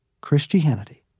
Christianity